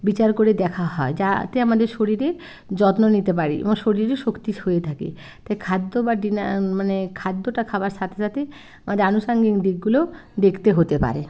বিচার করে দেখা হয় যাতে আমাদের শরীরে যত্ন নিতে পারি এবং শরীরে শক্তি হয়ে থাকে তাই খাদ্য বা ডিনার মানে খাদ্যটা খাবার সাথে সাথে আমাদের আনুষাঙ্গিক দিকগুলোও দেখতে হতে পারে